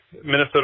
Minnesota